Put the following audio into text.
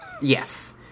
Yes